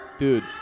Dude